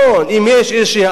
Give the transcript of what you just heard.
אם יש איזושהי הערה,